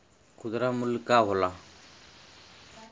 खुदरा मूल्य का होला?